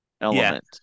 element